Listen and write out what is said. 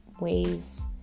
ways